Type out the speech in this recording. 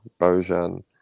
Bojan